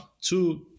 two